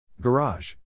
Garage